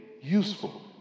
useful